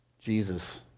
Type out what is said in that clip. Jesus